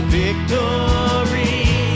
victory